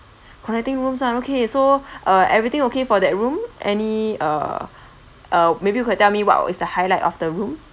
connecting rooms [one] okay so uh everything okay for that room any uh uh maybe you could tell me what is the highlight of the room